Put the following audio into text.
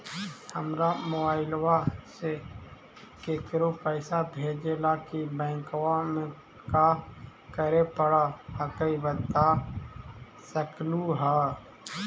हमरा मोबाइलवा से केकरो पैसा भेजे ला की बैंकवा में क्या करे परो हकाई बता सकलुहा?